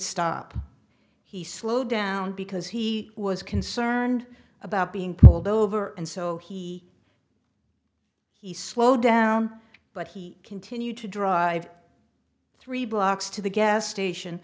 stop he slowed down because he was concerned about being pulled over and so he he slowed down but he continued to drive three blocks to the gas station